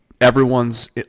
everyone's